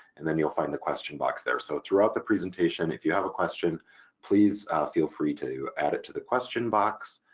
and then you'll find the question box there so throughout the presentation if you have a question please feel free to add it to the question box.